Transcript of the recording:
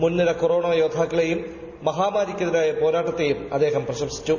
മുൻനിര കൊറോണ യോദ്ധാക്കളെയും മഹാമാരിക്കെതിരായ പോരാട്ടത്തെയും അദ്ദേഹം പ്രശംസിച്ചു